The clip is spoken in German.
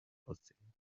aussehen